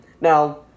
Now